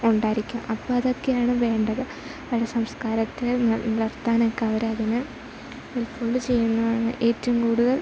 ഉണ്ടായിരിക്കാം അപ്പം അതൊക്കെയാണ് വേണ്ടത് പഴയ സംസ്കാരത്തെ വളർത്താനൊക്ക അവരതിന് ഹെൽപ്പ്ഫുള്ള് ചെയ്യുന്നതാണ് ഏറ്റവും കൂടുതൽ